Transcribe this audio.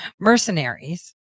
mercenaries